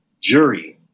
Jury